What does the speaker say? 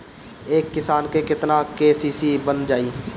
एक किसान के केतना के.सी.सी बन जाइ?